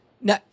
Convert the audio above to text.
Now